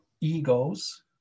egos